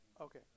Okay